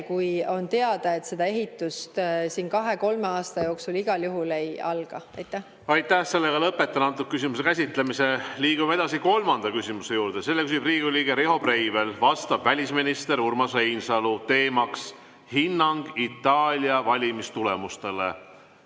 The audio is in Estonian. kui on teada, et see ehitus kahe-kolme aasta jooksul igal juhul ei alga. Aitäh! Lõpetan selle küsimuse käsitlemise. Liigume edasi kolmanda küsimuse juurde. Selle küsib Riigikogu liige Riho Breivel, sellele vastab välisminister Urmas Reinsalu, teema on hinnang Itaalia valimistulemustele.